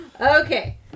Okay